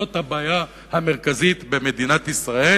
זאת הבעיה המרכזית במדינת ישראל.